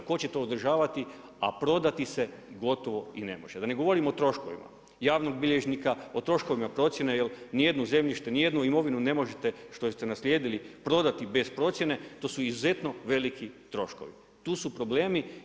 Tko će to uzdržavati, a prodati se gotovo i ne može, da ne govorimo o troškovima javnog bilježnika o troškovima procjene jel nijedno zemljište, nijednu imovinu ne možete što ste naslijedili prodati bez procjene, to su izuzetno veliki troškovi, tu su problemi.